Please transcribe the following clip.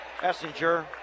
Essinger